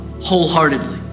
wholeheartedly